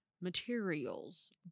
Materials